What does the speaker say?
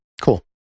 cool